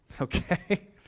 Okay